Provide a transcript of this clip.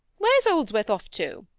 where's holdsworth off to